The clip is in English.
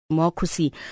Democracy